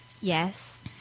Yes